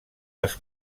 les